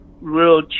real